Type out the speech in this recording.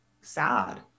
sad